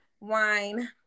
Wine